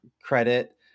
credit